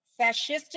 fascistic